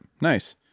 Nice